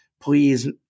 please